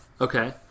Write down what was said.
Okay